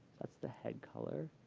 that's the head color.